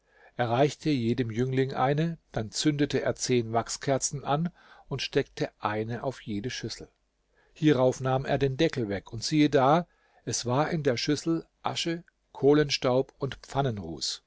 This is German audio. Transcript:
reichte jedem jüngling eine dann zündete er zehn wachskerzen an und steckte eine auf jede schüssel hierauf nahm er den deckel weg und siehe da es war in der schüssel asche kohlenstaub und pfannenruß